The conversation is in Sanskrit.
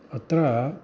अत्र